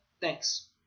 Thanks